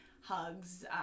hugs